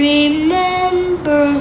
Remember